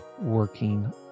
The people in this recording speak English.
working